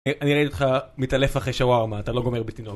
אני ראיתי אותך מתעלף אחרי שווארמה, אתה לא גומר ב...